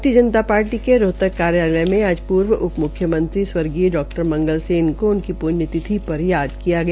भारतीय जानकारी के रोहतक कार्यलय में आज पूर्व म्ख्यमंत्री स्वर्गीय डा मंगलसेन को उनकी प्ण्यतिथि पर याद किया गया